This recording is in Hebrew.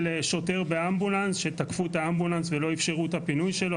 שוטר באמבולנס שתקפו את האמבולנס ולא אפשרו את הפינוי שלו.